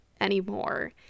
anymore